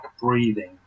breathing